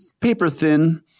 paper-thin